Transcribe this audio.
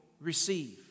receive